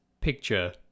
picture